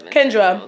Kendra